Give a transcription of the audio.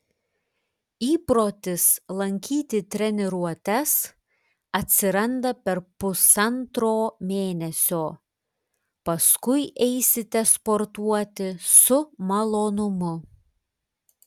įprotis lankyti treniruotes atsiranda per pusantro mėnesio paskui eisite sportuoti su malonumu